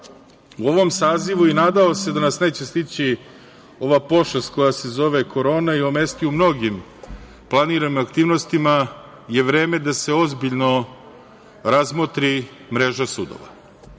u ovom sazivu i nadao se da nas neće stići ova pošast koja se zove korona i omesti u mnogim planiranim aktivnostima je vreme da se ozbiljno razmotri mreža sudova. Ja